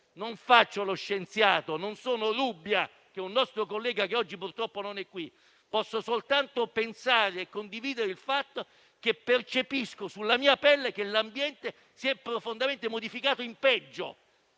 non faccio lo scienziato, non sono Rubbia, un nostro collega che oggi purtroppo non è qui. Posso soltanto pensare e condividere il fatto che percepisco sulla mia pelle che l'ambiente si è profondamente modificato in peggio